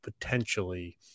potentially